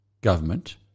government